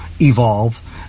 evolve